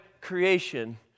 creation